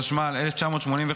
התשמ"ה 1985: